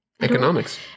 Economics